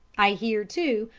i hear, too,